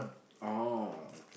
oh